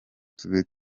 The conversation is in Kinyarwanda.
tube